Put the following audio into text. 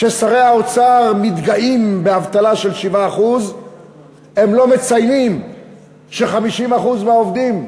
כששרי האוצר מתגאים באבטלה של 7% הם לא מציינים ש-50% מהעובדים,